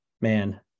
man